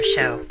Show